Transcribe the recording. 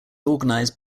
organized